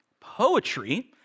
Poetry